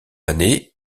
année